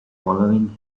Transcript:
following